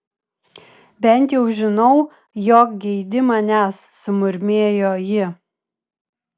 bent jau žinau jog geidi manęs sumurmėjo ji